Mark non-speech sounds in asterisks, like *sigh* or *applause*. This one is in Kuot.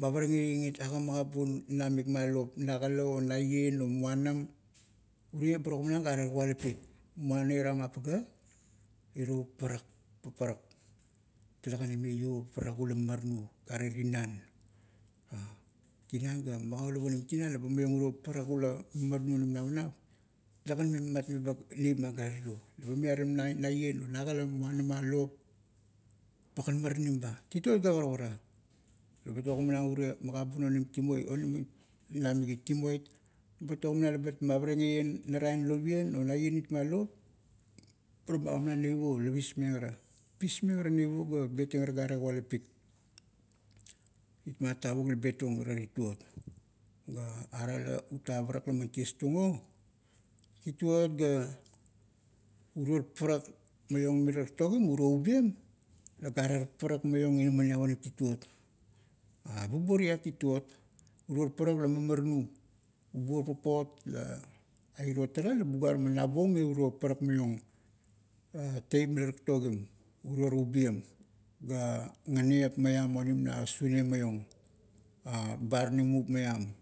mavarageieng it aga magabun namik ma lop na gala o naien o muanam, urie bar ogamanang gare kualapik, muana ira mapaga? Iro parak, paparak. Talegan ime io paparak ula mamaranu are tinan. Tinan ga, magaulap onim tinan laba maiong urio parak ula mamaranu onim tinan laba maiong urio parak ula mamaranu onim navanap, talegan memat-meba neip ma gare ro. Eba miriam maieng, nagala, muanam ma lop, bagan maranim ba, tituot ga karukara. Ebat ogimanang urie magabun onim timoi, onim namik it timoit, bat ogamanang labat mavareneieng narain lopian o naien it ma lop, eba magimanang neip o la pismeng ara, pismeng ara neiptung o. o ga betieng ara gare kualapik. Itmat tavuk la betong ara tituot, la ara la uta parak laman tiestung o. Tituot ga, uror parak maiong mila tatogim, uro ubiem la garer parak maiong inamaniap onim tituot *hesitation* bubuor iat tituot, uror parak la mamaranu. Bubuo papot la, a iro tara la buga man nabuong me uro parak maiong teip mila tatogim uror ubiem, ga ngenep maiam onim na sune maiong, *hesitation* baranimup maiam.